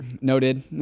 noted